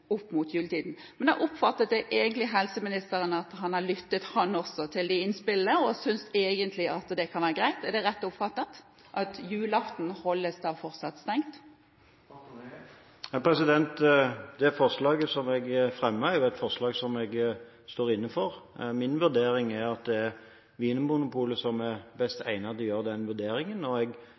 opp mot juletiden. Jeg oppfattet helseministeren slik at han også har lyttet til de innspillene, og at han egentlig synes det kan være greit at det fortsatt holdes stengt på julaften. Er det rett oppfattet? Det forslaget som jeg fremmer, er jo et forslag jeg står inne for. Min vurdering er at det er Vinmonopolet som er best egnet til å gjøre denne vurderingen, og jeg